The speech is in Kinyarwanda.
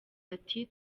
ati